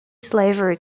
slavery